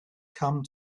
come